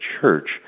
church